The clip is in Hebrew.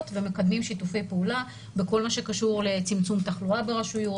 ומקדמים שיתופי פעולה בכל מה שקשור לצמצום תחלואה ברשויות,